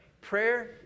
Prayer